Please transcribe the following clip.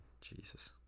Jesus